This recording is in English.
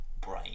Brain